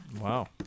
Wow